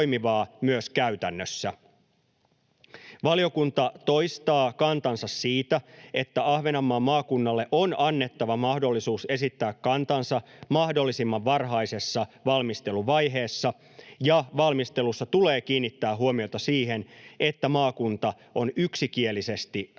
Valiokunta toistaa kantansa siitä, että Ahvenanmaan maakunnalle on annettava mahdollisuus esittää kantansa mahdollisimman varhaisessa valmisteluvaiheessa ja valmistelussa tulee kiinnittää huomiota siihen, että maakunta on yksikielisesti